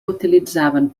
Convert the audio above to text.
utilitzaven